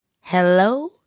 Hello